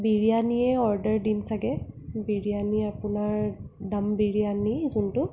বিৰিয়ানীয়ে order দিম ছাগে বিৰিয়ানী আপোনাৰ দম বিৰিয়ানী যোনটো